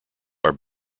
are